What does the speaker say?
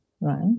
right